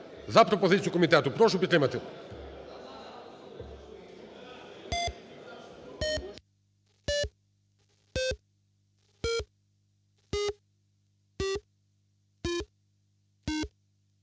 За пропозицію комітету. Прошу підтримати.